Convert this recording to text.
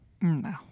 No